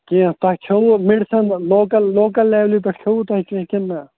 کینٛہہ تۄہہِ کھیوٚوُ میٚڈِسَن لوکَل لوکَل لٮ۪ولہِ پٮ۪ٹھ کھیوٚوُ تۄہہِ کینٛہہ کِنہٕ نہ